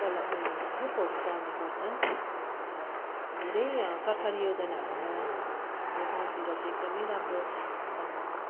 उपल उयो खोपहरू पाउने गर्छन् र धेरै सरकारी योजनाहरूमा हाम्रो गाउँतिर चाहिँ एकदमै राम्रोसँग